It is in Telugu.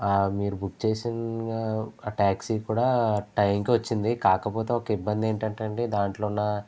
మీరు బుక్ చేసిన ఆ ట్యాక్సీ కూడా టైం కి వచ్చింది కాకపోతే ఒక ఇబ్బంది ఏంటంటే అండి దాంట్లో నా